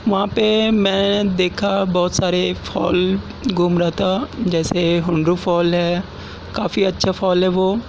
وہاں پہ میں دیکھا بہت سارے فال گھوم رہا تھا جیسے ہنرو فال ہے کافی اچھا فال ہے وہ